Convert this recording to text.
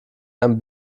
einen